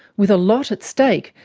with a lot at stake,